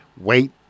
wait